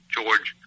George